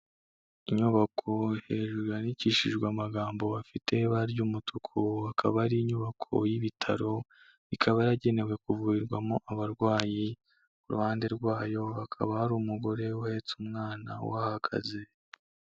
Inyubako hejuru yandikishijwe amagambo afite ibara ry'umutuku, akaba ari inyubako y'ibitaro ikaba yaragenewe kuvurirwamo abarwayi, ku ruhande rwayo hakaba hari umugore uhetse umwana uhahagaze.